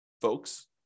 folks